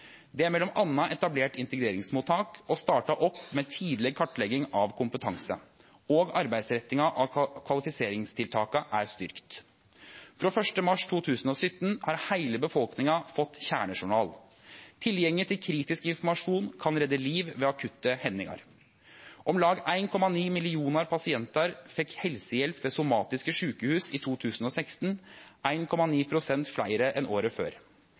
Det er m.a. etablert integreringsmottak og starta opp med tidleg kartlegging av kompetanse, og arbeidsrettinga av kvalifiseringstiltaka er styrkt. Frå 1. mars 2017 har heile befolkninga fått kjernejournal. Tilgjenge til kritisk informasjon kan redde liv ved akutte hendingar. Om lag 1,9 millionar pasientar fekk helsehjelp ved somatiske sjukehus i 2016 – 1,9 pst. fleire enn året før.